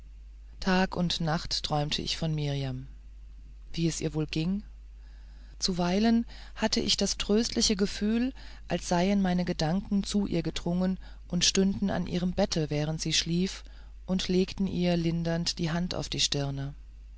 tag und nacht träumte ich von mirjam wie es ihr wohl ging zuzeiten hatte ich das tröstliche gefühl als seien meine gedanken zu ihr gedrungen und stünden an ihrem bette während sie schlief und legten ihr lindernd die hand auf die stirne